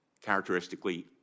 characteristically